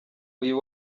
uyu